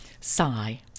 Sigh